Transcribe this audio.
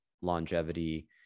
longevity